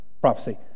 prophecy